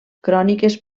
cròniques